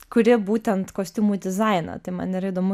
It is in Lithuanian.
kuri būtent kostiumų dizainą tai man yra įdomu